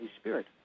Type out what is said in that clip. Spirit